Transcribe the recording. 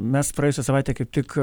mes praėjusią savaitę kaip tik